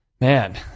man